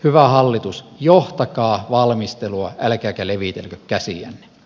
hyvä hallitus johtakaa valmistelua älkääkä levitelkö käsiänne